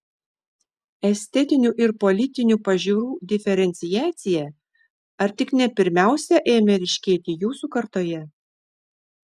estetinių ir politinių pažiūrų diferenciacija ar tik ne pirmiausia ėmė ryškėti jūsų kartoje